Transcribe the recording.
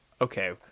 Okay